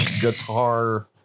guitar